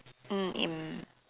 mm in